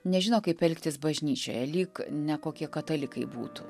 nežino kaip elgtis bažnyčioje lyg nekokie katalikai būtų